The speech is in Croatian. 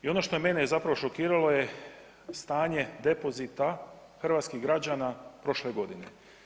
I ono što je mene zapravo šokiralo je stanje depozita hrvatskih građana prošle godine.